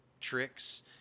tricks